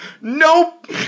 Nope